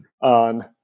on